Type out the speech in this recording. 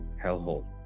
hellhole